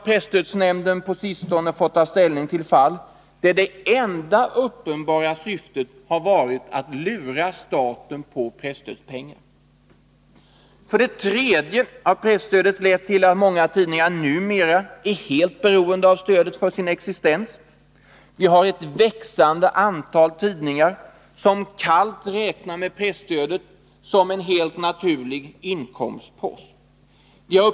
Presstödsnämnden har på sistone fått ta ställning till fall där det enda uppenbara syftet har varit att lura staten på presstödspengar. För det tredje har presstödet lett till att många tidningar numera är helt beroende av stödet för sin existens. Vi har ett växande antal tidningar som kallt räknar med presstödet som en självklar inkomstpost.